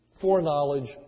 foreknowledge